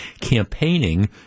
campaigning